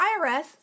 IRS-